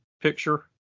picture